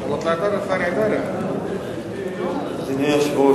אדוני היושב-ראש,